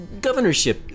governorship